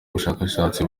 bushakashatsi